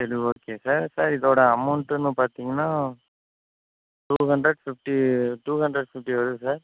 இது okay sir sir இதோட அமௌன்ட்டுன்னு பார்த்திங்கனா two hundred fifty two hundred fifty வருது சார்